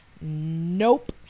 Nope